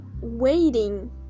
waiting